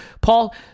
Paul